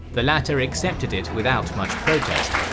the latter accepted it without much protest,